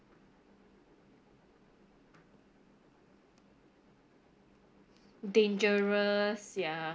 dangerous ya